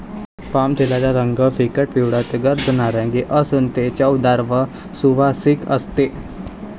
पामतेलाचा रंग फिकट पिवळा ते गर्द नारिंगी असून ते चवदार व सुवासिक असते